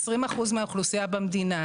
20 אחוזים מהאוכלוסייה במדינה,